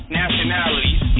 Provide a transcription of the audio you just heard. nationalities